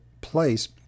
place